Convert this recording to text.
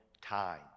time